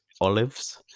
olives